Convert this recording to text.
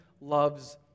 loves